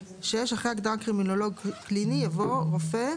(6) אחרי ההגדרה "קרימינולוג קליני" יבוא: "רופא"